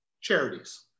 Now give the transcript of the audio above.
charities